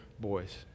boys